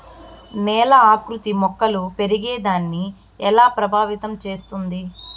నేల ఆకృతి మొక్కలు పెరిగేదాన్ని ఎలా ప్రభావితం చేస్తుంది?